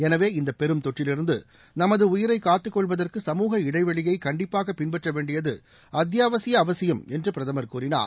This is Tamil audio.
எனவே இந்த பெரும் தொற்றுலிருந்து நமது உயிரை காத்து கொள்வதற்கு சமூக இடைவெளியை கண்டிப்பாக பின்பற்ற வேண்டியது அத்தியாவசிய அவசியம் என்று பிரதமர் கூறினார்